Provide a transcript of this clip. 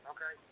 Okay